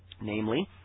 namely